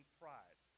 pride